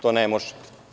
To ne može.